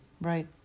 right